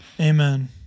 Amen